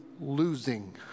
losing